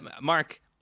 Mark